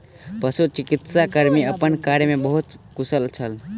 पशुचिकित्सा कर्मी अपन कार्य में बहुत कुशल छल